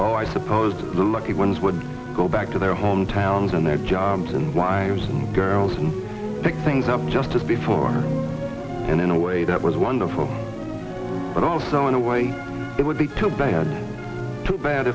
oh i suppose the lucky ones would go back to their home towns and their jobs and wives and girls and pick things up just as before and in a way that was wonderful but also in a way it would be too bad